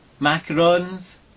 macarons